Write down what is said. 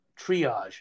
triage